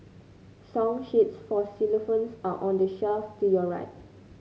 song sheets for xylophones are on the shelf to your right